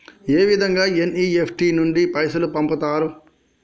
ఏ విధంగా ఎన్.ఇ.ఎఫ్.టి నుండి పైసలు పంపుతరు?